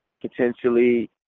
potentially